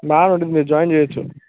బాగుంటుంది మీరు జాయిన్ చెయ్యచ్చు